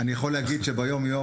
אני יכול להגיד שביום-יום,